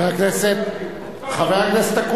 חבר הכנסת אקוניס,